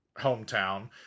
hometown